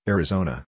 Arizona